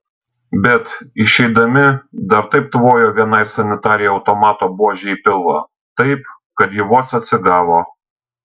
bet išeidami dar taip tvojo vienai sanitarei automato buože į pilvą taip kad ji vos atsigavo